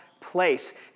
place